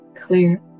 clear